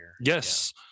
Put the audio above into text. yes